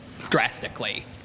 drastically